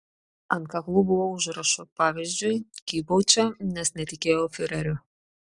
ant kaklų buvo užrašų pavyzdžiui kybau čia nes netikėjau fiureriu